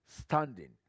standing